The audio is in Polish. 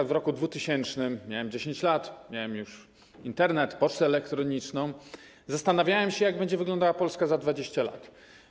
Np. w roku 2000 - miałem wtedy 10 lat, miałem już Internet, pocztę elektroniczną - zastanawiałem się, jak będzie wyglądała Polska za 20 lat.